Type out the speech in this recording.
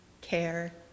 care